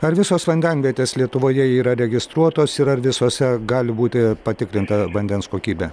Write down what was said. ar visos vandenvietės lietuvoje yra registruotos ir ar visose gali būti patikrinta vandens kokybė